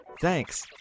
Thanks